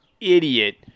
idiot